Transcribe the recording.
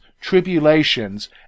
tribulations